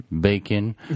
bacon